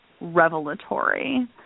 revelatory